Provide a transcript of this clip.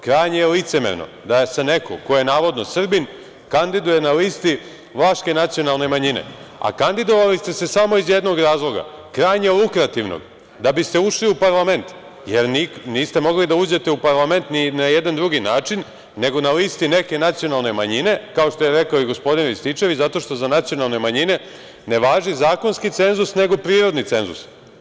Krajnje je licemerno da se neko ko je navodno Srbin, kandiduje na listi vlaške nacionalne manjine, a kandidovali ste se samo iz jednog razloga, krajnje lukrativnog, da biste ušli u parlament, jer niste mogli da uđete u parlament ni na jedan drugi način, nego na listi neke nacionalne manjine, kao što je rekao gospodin Rističević, zato što za nacionalne manjine ne važi zakonski cenzus, nego prirodni cenzus.